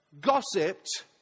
Gossiped